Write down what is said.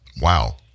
Wow